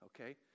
okay